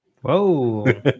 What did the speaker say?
Whoa